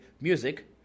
music